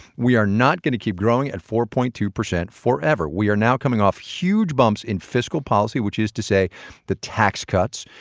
we are not going to keep growing at four point two percent forever we are now coming off huge bumps in fiscal policy, which is to say the tax cuts.